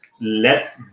let